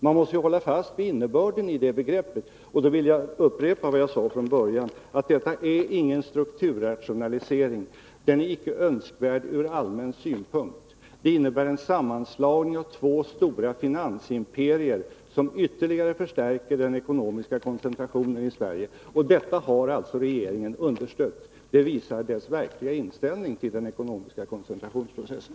Man måste hålla fast vid innebörden i det begreppet, och då vill jag upprepa det jag sade från början: Detta är ingen strukturrationalisering, den är icke önskvärd ur allmän synpunkt. Den innebär en sammanslagning av två stora finansimperier som ytterligare förstärker den ekonomiska koncentrationen i Sverige. Detta har alltså regeringen understött. Det visar dess verkliga inställning till den ekonomiska koncentrationsprocessen.